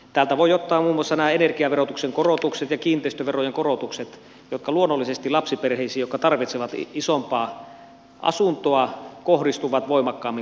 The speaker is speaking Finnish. täältä voi ottaa muun muassa nämä energiaverotuksen korotukset ja kiinteistöverojen korotukset jotka luonnollisesti lapsiperheisiin jotka tarvitsevat isompaa asuntoa kohdistuvat voimakkaammin kuin muihin talouksiin